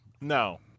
no